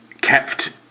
kept